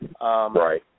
Right